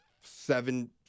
seven